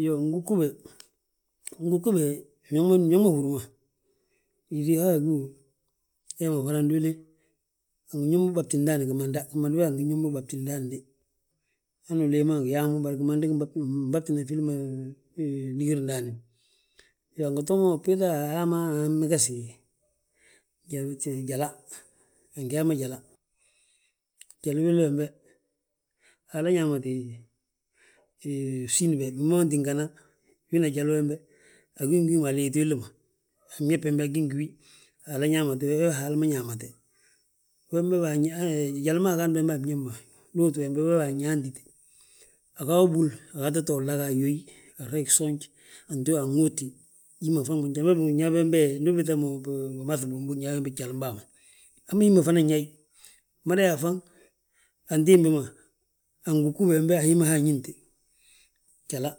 Iyoo, ngugube, ngugube biñaŋ ma húri ma, yíŧi a gíw, wee ma fana ndi wili. Angi ñób mo babtili gimanda, gimanda angi ñób mo babtili de. Hanu uleey angi yaa mo; bari gimanda gimbabtili filli ma, ligir ndaani. Iyoo, angi too mo ubiiŧa, ayaa mo ammegesi, jala, angi yaa mo jala. Jali willi wembe, Haala ñaamate bsín be, bi ma tíngana, wina jali wembe, agí ngi wi ma a liiti willi ma, a bñef bembe agí ngi wi. Haala ñaamati wi, we Haala ma ñaamate, jali ma agaadim bembe a bñef ma, liitu wembe wee wi anyaantite. Agaa wu búl, agata wi to laga a yóy, a grayi gsoonj anto, anwoodte. Hi ma faŋ ma njali ma binyaa bembe, ndu ubiiŧa mo bmahŧi binbúŋ njali ma binbúli bembe jalim bàa ma. Hamma hi ma fana nyaayi, mmada yaa faŋ antimbi ma, angugubi hembe a hi ma hi añínte. Jala,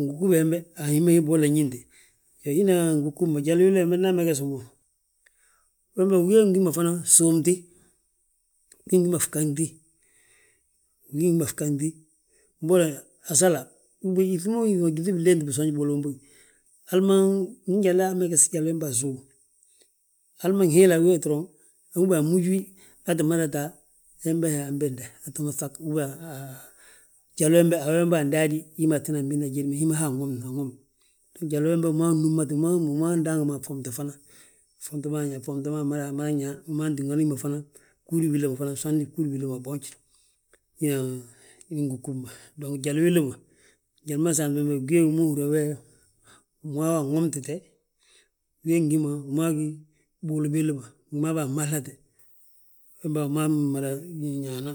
ngugubi hembe, a hi ma hi bigolla ñínte. Iyoo, hina angugube jali willi wembe nda amegesi wi mo, wembe wi gí ge ngi hi ma fana suumti. Fgi ngi hi ma fgaŋti, fgi ngi hi ma fgaŋti, mbolo asala, ubiyeŋ yíŧooŧi a gyíŧi biléenti bisoonji bigolla bómbogi. Hal ma ndi njalla amegesi jali wembe asów, hali ma nhiila wi doroŋ. Ubiyeŋ ammúji wi, aa tti mada taa, hembe ha anbesde, atoo ma ŧag ubiyeŋ, jali we a wembe andaadi, hi ma antinan bin ajédi ma, hi ma hi anwomi, anwomte. Ndu jali wembe, wi maa wi númmate, wi maa wi ndaangi ma a ffomte fana. Ffomte ma amadan yaa, wi ma tíngani hi ma fana, fgúudi billi ma fana samindi gúudi billima boonj. Hina hi ngugub ma, dong jali willi ma, njali ma nsaantin bembe wi gí ge njali ma biiŧe be, wi maa wi anwomtite, wee ngi hi ma, wu maa gí buulu billi ma. Mma bi an mahlate, wembe wi maa wi mada nñaana.